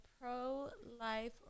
pro-life